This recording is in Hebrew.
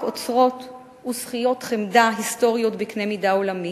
אוצרות ושכיות חמדה היסטוריים בקנה מידה עולמי,